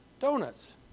Donuts